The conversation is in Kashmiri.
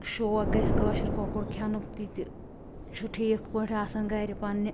شوق گژھہِ کٲشُر کۄکُر کھیٚنُک تہِ تہِ چھُ ٹھیٖک پٲٹھۍ آسان گھرِ پننہِ